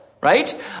right